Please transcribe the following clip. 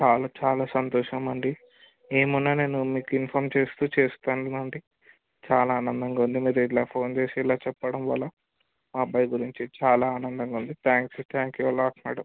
చాలా చాలా సంతోషం అండి ఏమున్న నేను మీకు ఇన్ఫార్మ్ చేస్తు చేస్తాను అండి చాలా ఆనందంగా ఉంది మీరు ఇలా ఫోన్ చేసి ఇలా చెప్పడం వల్ల మా అబ్బాయి గురించి చాలా ఆనందంగా ఉంది thanks thank you a lot madam